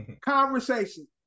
conversation